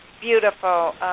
beautiful